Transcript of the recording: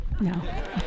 No